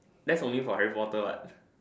that's only for Harry Potter what